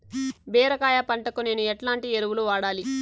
బీరకాయ పంటకు నేను ఎట్లాంటి ఎరువులు వాడాలి?